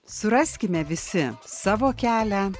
suraskime visi savo kelią